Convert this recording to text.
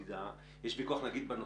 יש ויכוח על יחידות מדידה,